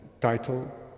title